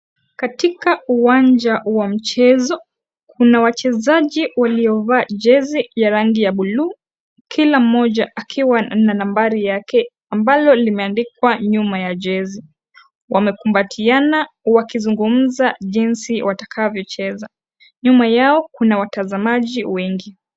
Katika uwanja wa michezo, kuna wachezaji waliovaa jezi ya rangi ya buluu kila mmoja akiwa na nambari yake ambalo limeandikwa nyuma ya jezi wamekumbatiana wakizungumza jinsi watakavyocheza, nyuma yao kuna watazamaji wengi.